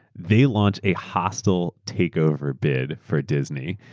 they launched a hostile takeover bid for disney.